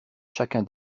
chacun